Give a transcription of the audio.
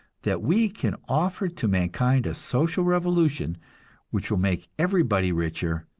that we can offer to mankind a social revolution which will make everybody richer,